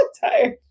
tired